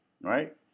right